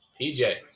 PJ